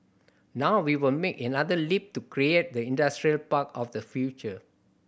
now we will make another leap to create the industrial park of the future